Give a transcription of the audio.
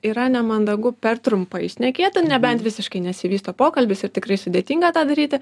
yra nemandagu per trumpai šnekėt nebent visiškai nesivysto pokalbis ir tikrai sudėtinga tą daryti